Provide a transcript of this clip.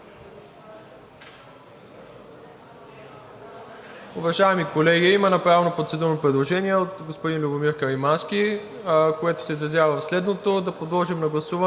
Уважаеми колеги, има направено процедурно предложение от господин Любомир Каримански, което се изразява в следното: да подложим на гласуване,